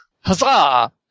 Huzzah